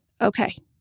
Okay